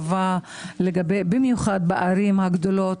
במיוחד בערים הגדולות,